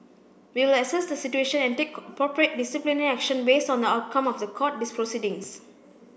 we will assess the situation and take appropriate disciplinary action based on the outcome of the court proceedings